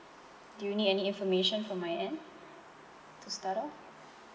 do you need any information from my end to start off